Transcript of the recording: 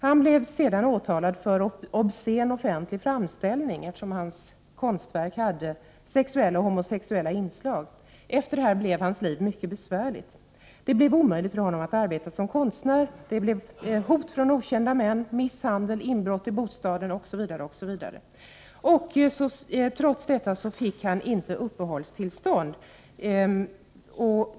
Han blev sedan åtalad för ”obscen offentlig framställning”, eftersom hans konstverk hade sexuella och homosexuella inslag. Efter detta blev hans liv mycket besvärligt. Det blev omöjligt för honom att arbeta som konstnär. Han har fått uppleva hot från okända män, misshandel, inbrott i bostaden osv. Trots detta fick han alltså inte uppehållstillstånd.